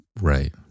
Right